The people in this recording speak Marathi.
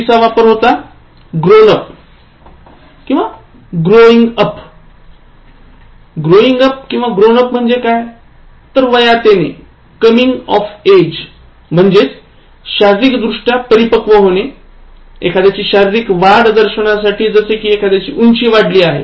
चुकीचा वापर होता ग्रोनप ग्रोइंग अप म्हणजे वयात येणे म्हणजे शारीरिक दृष्ट्या परिपक्व होणे एखाद्याची शारीरिक वाढ दर्शवण्यासाठी जसे कि एखाद्याची उंची वाढली आहे